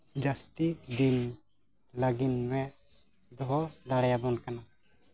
ᱡᱟᱹᱥᱛᱤ ᱫᱤᱱ ᱞᱟᱹᱜᱤᱫ ᱢᱮ ᱫᱚᱦᱚ ᱫᱟᱲᱮᱭᱟᱵᱚᱱ ᱠᱟᱱᱟᱭ